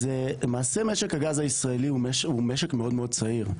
(הצגת מצגת) למעשה משק הגז הישראלי הוא משק מאוד צעיר.